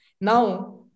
now